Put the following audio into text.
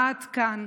עד כאן.